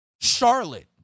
Charlotte